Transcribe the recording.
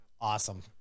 awesome